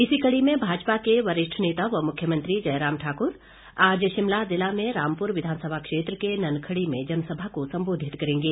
इसी कड़ी में भाजपा के वरिष्ठ नेता व मुख्यमंत्री जयराम ठाकुर आज शिमला जिला में रामपुर विधानसभा क्षेत्र के ननखड़ी में जनसभा को संबोधित करेंगे